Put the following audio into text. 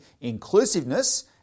inclusiveness